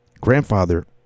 Grandfather